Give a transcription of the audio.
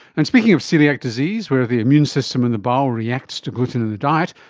and speaking of coeliac disease, where the abuse system and the bowel reacts to gluten in the diet,